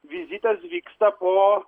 vizitas vyksta po